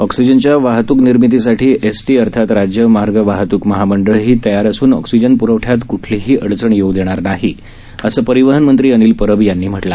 ऑक्सीजनच्या वाहतूक निर्मितीसाठी एसटी अर्थात राज्य मार्गवाहतूक महामंडळही तयार असुन ऑक्सीजन प्रवठ्यात क्ठलीही अडचण येऊ देणार नाही असं परिवहन मंत्री अनिल परब यांनी सांगितलं